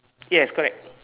yes correct